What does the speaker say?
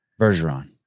Bergeron